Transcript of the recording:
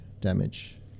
damage